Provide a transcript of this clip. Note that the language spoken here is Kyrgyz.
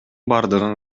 бардыгын